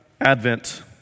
Advent